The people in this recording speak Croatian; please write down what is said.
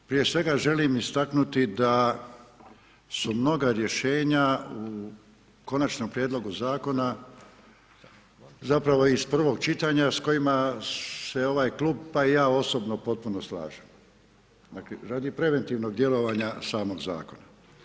Prije svega želim istaknuti da su mnoga rješenja u konačnom Prijedlogu zakona zapravo iz prvog čitanja s kojima se ovaj klub, pa i ja osobno potpuno slažem dakle, radi preventivnog djelovanja samog zakona.